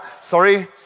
sorry